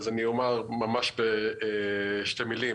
אז אני אומר בשתי מילים.